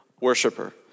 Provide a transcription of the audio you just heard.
worshiper